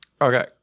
Okay